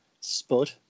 Spud